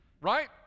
right